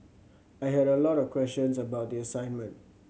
I had a lot of questions about the assignment